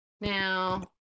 now